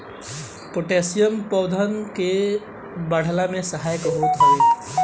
potassium पौधन के बढ़ला में सहायक होत हवे